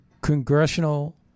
congressional